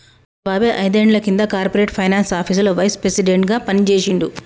మా బాబాయ్ ఐదేండ్ల కింద కార్పొరేట్ ఫైనాన్స్ ఆపీసులో వైస్ ప్రెసిడెంట్గా పనిజేశిండు